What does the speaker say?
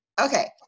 Okay